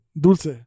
dulce